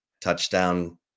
touchdown